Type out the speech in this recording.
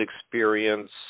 experience